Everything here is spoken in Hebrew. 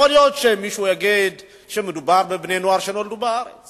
יכול להיות שמישהו יגיד שמדובר בבני-נוער שנולדו בארץ